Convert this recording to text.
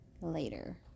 later